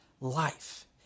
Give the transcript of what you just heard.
life